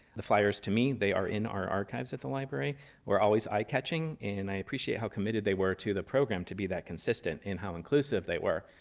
the flyers, to me they are in our archives at the library were always eye catching, and i appreciate how committed they were to the program to be that consistent in how inclusive they were.